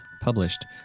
published